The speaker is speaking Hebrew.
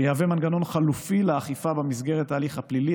שיהווה מנגנון חלופי לאכיפה במסגרת ההליך הפלילי,